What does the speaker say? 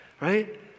right